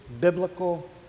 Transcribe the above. biblical